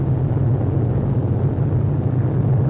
war